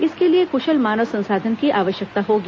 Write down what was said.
इसके लिए कृशल मानव संसाधन की आवश्यकता होगी